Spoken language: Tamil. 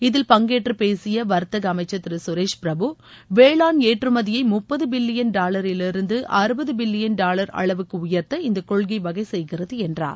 இதில் பங்கேற்று பேசிய வர்த்தக அமைச்சர் திரு சுரேஷ் பிரபு வேளாண் ஏற்றுமதியை முப்பது பில்லியன் டாவரிலிருந்து அறுபது பில்லியன் டாவர் அளவுக்கு உயர்த்த இந்த கொள்கை வகைசெய்கிறது என்றார்